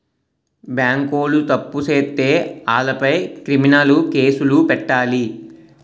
బేంకోలు తప్పు సేత్తే ఆలపై క్రిమినలు కేసులు పెట్టాలి